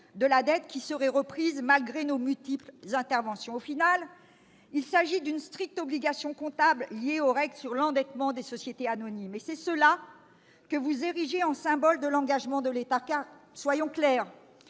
de la dette reprise, et ce malgré nos multiples interventions. Finalement, il s'agit d'une stricte obligation comptable liée aux règles sur l'endettement des sociétés anonymes. Et c'est cela que vous érigez en symbole de l'engagement de l'État. Soyons clairs